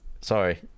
sorry